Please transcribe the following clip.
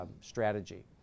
strategy